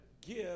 give